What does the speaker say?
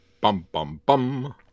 Bum-bum-bum